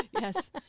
Yes